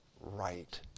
right